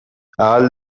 ahal